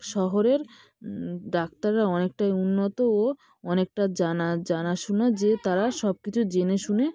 শহরের ডাক্তাররা অনেকটাই উন্নত ও অনেকটা জানা জানা শোনা যে তারা সবকিছু জেনে শুনে